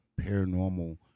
paranormal